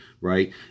right